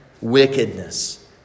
wickedness